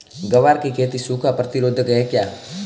ग्वार की खेती सूखा प्रतीरोधक है क्या?